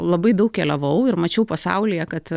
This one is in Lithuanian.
labai daug keliavau ir mačiau pasaulyje kad